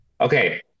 Okay